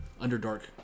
underdark